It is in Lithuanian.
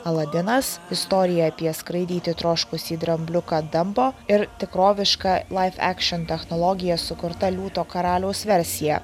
aladinas istorija apie skraidyti troškusį drambliuką dambo ir tikroviška laiv ekšion technologija sukurta liūto karaliaus versija